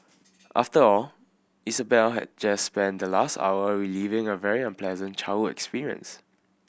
after all Isabel had just spent the last hour reliving a very unpleasant childhood experience